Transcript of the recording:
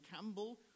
Campbell